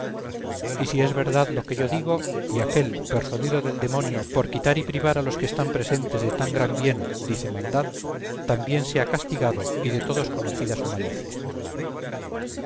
y si es verdad lo que yo digo y aquél persuadido del demonio por quitar y privar a los que están presentes de tan gran bien dice maldad también sea castigado y de todos conocida su malicia